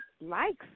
likes